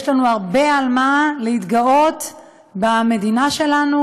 יש לנו הרבה על מה להתגאות במדינה שלנו,